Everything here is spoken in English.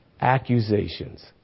Accusations